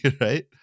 right